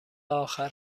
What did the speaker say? آخر